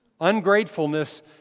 Ungratefulness